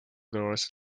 doors